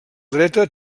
dreta